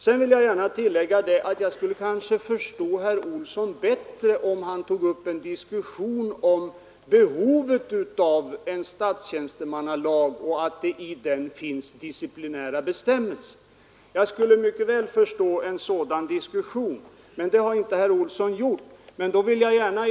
Sedan vill jag gärna tillägga att jag kanske skulle förstå herr Olsson bättre, om han tog upp en diskussion om behovet av att det i en statstjänstemannalag finns disciplinära bestämmelser. Jag skulle mycket väl förstå en sådan diskussion, men så har inte herr Olsson agerat.